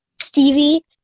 Stevie